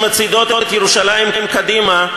שמצעידות את ירושלים קדימה,